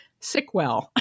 Sickwell